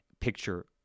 picture